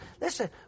Listen